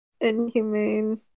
inhumane